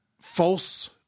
false